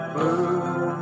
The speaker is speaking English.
Blue